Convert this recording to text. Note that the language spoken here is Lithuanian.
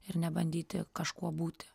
ir nebandyti kažkuo būti